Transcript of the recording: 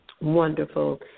Wonderful